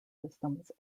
systems